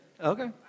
Okay